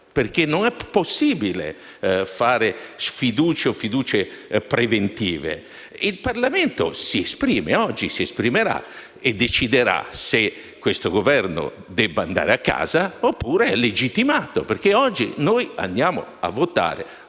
perché non è possibile promuovere fiducie o sfiducie preventive. Il Parlamento oggi si esprimerà e deciderà se questo Governo debba andare a casa oppure se è legittimato perché oggi andremo a votare